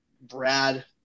Brad